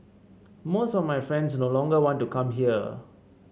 most of my friends no longer want to come here